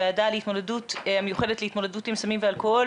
הוועדה המיוחדת להתמודדות עם סמים ואלכוהול